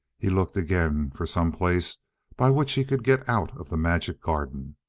he looked again for some place by which he could get out of the magic garden.